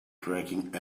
tracking